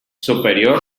superior